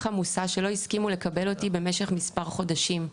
עמוסה שלא הסכימו לקבל אותי במשך מספר חודשים,